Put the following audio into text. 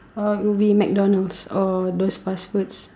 uh it would be McDonald's or those fast foods